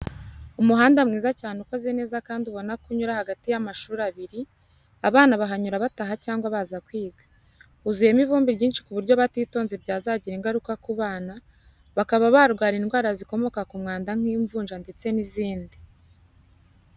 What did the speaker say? Umuhanda mwiza cyane ukoze neza kandi ubona ko unyura hagati y'amashuri abiri, abana bahanyura bataha cyangwa baza kwiga. Huzuyemo ivumbi ryinshi ku buryo batitonze byazagira ingaruka ku bana, bakaba barwara indwara zikomoka ku mwanda nk'imvunja ndetse n'izindi.